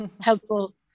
helpful